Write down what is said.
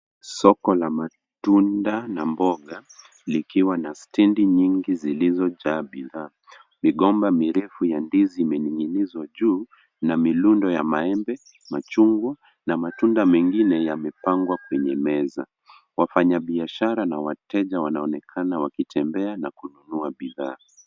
Soko la matunda na mboga likiwa na stendin nyingi zilizojaa bidhaa migomba mirefu ya ndizi imeninginizwa juu na miundo ya maembe, machungwa na matunda mengine yamepangwa kwenye meza. Wafanya biashara na wateja wanaonekana wakitembea na kunuanua bidhaa.